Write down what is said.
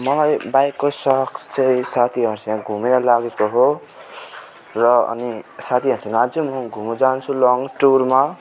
मलाई बाइकको सोक चाहिँ साथीहरूसँग घुमेर लागेको हो र अनि साथीहरूसँग अझ म घुम्नु जान्छु लङ टुरमा